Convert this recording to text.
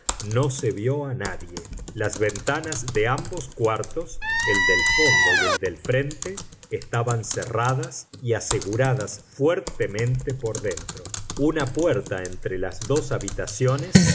no se vió a nadie las ventanas de ambos cuartos el del fondo y el del frente estaban cerradas y aseguradas fuertemente por dentro una puerta entre las dos habitaciones